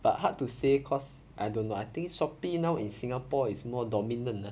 but hard to say cause I don't know I think shopee now in singapore is more dominant ah